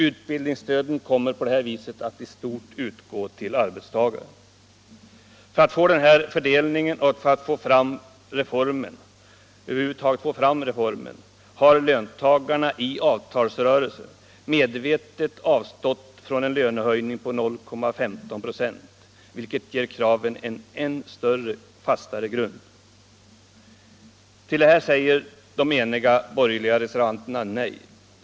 Utbildningsstödet kommer på det viset att i stort utgå till arbetstagare. För att åstadkomma den här fördelningen och för att över huvud taget få igenom reformen har löntagarna i avtalsrörelsen medvetet avstått från en lönehöjning på 0,15 96, vilket ger kraven en än fastare grund. Till detta säger de enade borgerliga reservanterna nej.